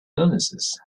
illnesses